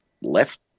left